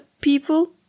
people